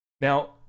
now